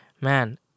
Man